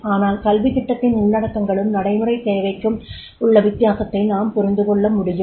ஆனால் கல்வித் திட்டத்தின் உள்ளடக்கங்களுக்கும் நடைமுறைத் தேவைக்கும் உள்ள வித்தியாசத்தை நாம் புரிந்து கொள்ள முடியும்